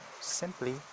simply